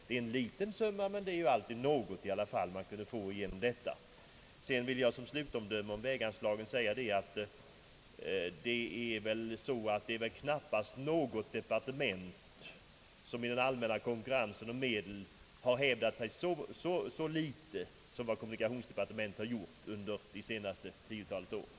Det är en liten summa, men det är i alla fall något. Såsom slutomdöme när det gäller väganslagen vill jag framhålla, att det väl knappast är något departement som i den allmänna konkurrensen om medel har hävdat sig så dåligt som kommunikationsdepartementet har gjort under de senaste 10 åren.